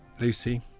Lucy